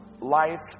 life